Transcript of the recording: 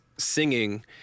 singing